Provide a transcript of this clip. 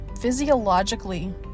physiologically